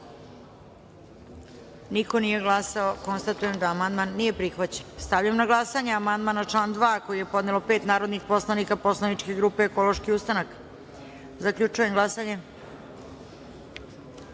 niko nije glasao. Konstatujem da amandman nije prihvaćen. Stavljam na glasanje amandman na član 2. koji je podnelo pet narodnih poslanika poslaničke grupe Ekološki ustanak. Zaključujem glasanje: